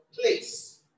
place